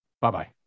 Bye-bye